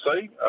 see